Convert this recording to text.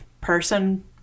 person